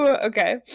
okay